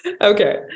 Okay